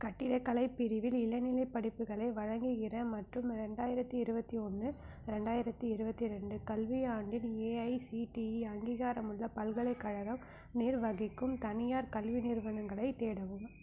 கட்டிடக்கலை பிரிவில் இளநிலைப் படிப்புகளை வழங்குகிற மற்றும் ரெண்டாயிரத்தி இருபத்தி ஒன்று ரெண்டாயிரத்தி இருபத்தி ரெண்டு கல்வியாண்டில் ஏஐசிடிஇ அங்கீகாரமுள்ள பல்கலைக்கழகம் நிர்வகிக்கும் தனியார் கல்வி நிறுவனங்களைத் தேடவும்